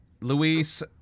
Luis